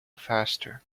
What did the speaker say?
faster